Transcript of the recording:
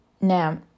Now